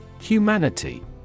Humanity